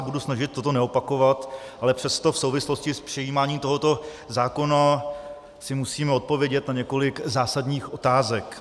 Budu se snažit toto neopakovat, ale přesto v souvislosti s přijímáním tohoto zákona si musíme odpovědět na několik zásadních otázek.